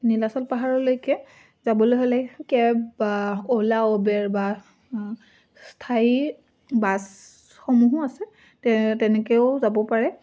নীলাচল পাহাৰলৈকে যাবলৈ হ'লে কেব বা অ'লা উবেৰ বা স্থায়ী বাছসমূহো আছে তে তেনেকেও যাব পাৰে